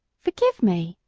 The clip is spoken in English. forgive me,